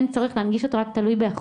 אין צורך להנגיש אותו בכל מצב,